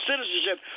citizenship